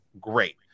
great